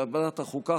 בוועדת החוקה,